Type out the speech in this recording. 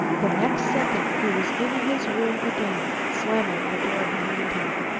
the next second he was in his room again, slamming the door behind him.